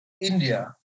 India